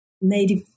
native